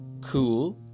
Cool